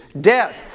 Death